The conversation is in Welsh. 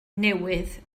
newydd